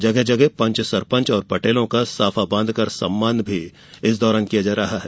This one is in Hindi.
जगह जगह पंच सरपंच और पटेलों का साफा बांधकर सम्मान किया जा रहा है